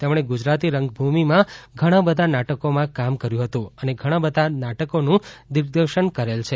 તેમને ગુજરાતી રંગભૂમિમાં ઘણા બધા નાટકોમાં કામ કરેલ છે અને ઘણાં બધાં નાટકોનું દિગ્દર્શન કરેલ છે